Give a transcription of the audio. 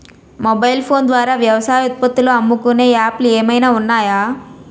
Mobile phone ద్వారా వ్యవసాయ ఉత్పత్తులు అమ్ముకునే యాప్ లు ఏమైనా ఉన్నాయా?